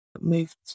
moved